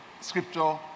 scripture